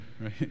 right